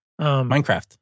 Minecraft